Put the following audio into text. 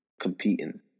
competing